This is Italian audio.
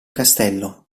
castello